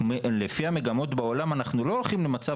לפי המגמות בעולם אנחנו לא הולכים למצב